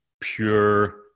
pure